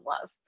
love